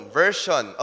version